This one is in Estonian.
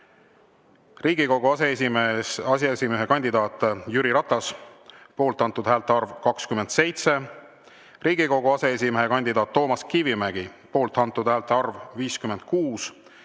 Riigikogu aseesimehe kandidaat Jüri Ratas, poolt antud häälte arv: 27. Riigikogu aseesimehe kandidaat Toomas Kivimägi, poolt antud häälte arv: 56.